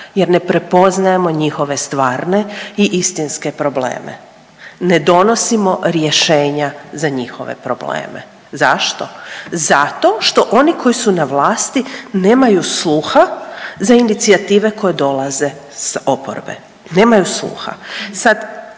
jer ne prepoznajemo njihove stvarne i istinske probleme. Ne donosimo rješenja za njihove probleme. Zašto? Zato što oni koji su na vlasti nemaju sluha za inicijative koje dolaze s oporbe. Nemaju sluha.